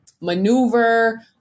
maneuver